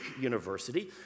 University